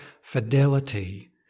fidelity